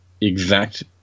exact